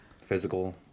physical